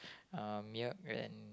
milk and